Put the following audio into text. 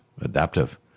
Adaptive